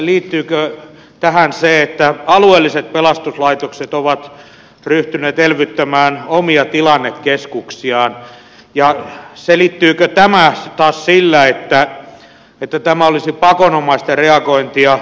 liittyykö tähän se että alueelliset pelastuslaitokset ovat ryhtyneet elvyttämään omia tilannekeskuksiaan ja selittyykö tämä taas sillä että tämä olisi pakonomaista reagointia rakennepaketin säästötavoitteiden äärellä